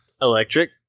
Electric